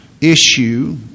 issue